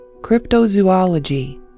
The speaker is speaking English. cryptozoology